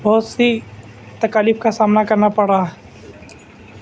بہت سی تکالیف کا سامنا کرنا پڑا